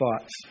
thoughts